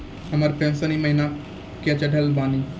हमर पेंशन ई महीने के चढ़लऽ बानी?